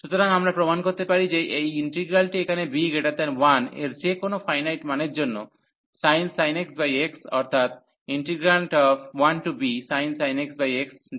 সুতরাং আমরা প্রমাণ করতে পারি যে এই ইন্টিগ্রালটি এখানে b 1 এর যে কোনও ফাইনাইট মানের জন্য sin x x অর্থাৎ 1bsin x x dx